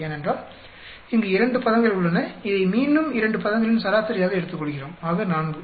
ஏனென்றால் இங்கு 2 பதங்கள் உள்ளன இதை மீண்டும் 2 பதங்களின் சராசரியாக எடுத்துக்கொள்கிறோம் ஆக 4